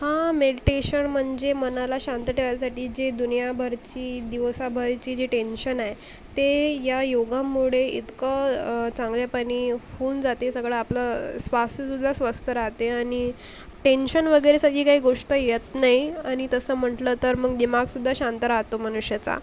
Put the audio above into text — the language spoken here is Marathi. हां मेडटेशन म्हणजे मनाला शांत ठेवायसाठी जे दुनियाभरची दिवसाभरची जी टेंशन आहे ती या योगामुळे इतकं चांगल्यापणी होऊन जाते सगळं आपलं स्वास्थ्यसुद्धा स्वस्थ राहते आणि टेंशन वगैरे सगळी काही गोष्ट येत नाही आणि तसं म्हटलं तर मग दिमागसुद्धा शांत राहतो मनुष्याचा